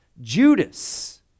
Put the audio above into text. Judas